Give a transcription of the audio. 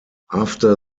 after